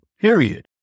period